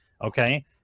Okay